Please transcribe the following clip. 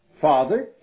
father